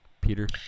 peter